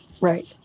right